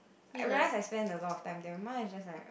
I realise I spend a lot of time there mine is just like